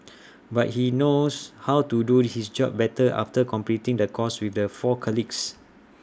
but he now knows how to do his job better after completing the course with the four colleagues